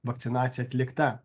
vakcinacija atlikta